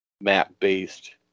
map-based